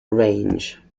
range